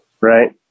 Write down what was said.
Right